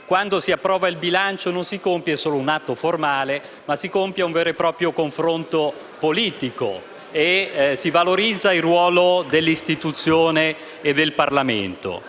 - e si approva un bilancio, si compie non solo un atto formale, ma anche un vero e proprio confronto politico e si valorizza il ruolo dell'istituzione e del Parlamento.